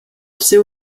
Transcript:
seu